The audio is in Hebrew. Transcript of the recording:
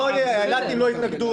האילתים לא יתנגדו,